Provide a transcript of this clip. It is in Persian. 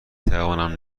توانم